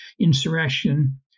insurrection